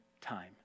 time